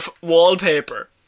wallpaper